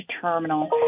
terminal –